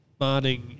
modding